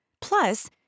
Plus